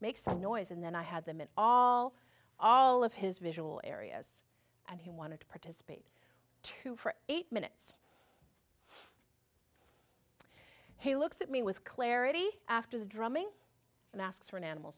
noise and then i had them in all all of his visual areas and he wanted to participate to for eight minutes he looks at me with clarity after the drumming and asks for an animal